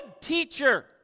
teacher